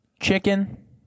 chicken